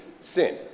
sin